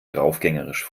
draufgängerisch